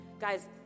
guys